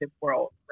world